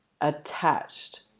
attached